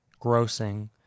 grossing